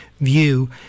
view